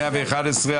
הצבעה לא אושרה.